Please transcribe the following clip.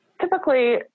typically